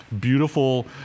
beautiful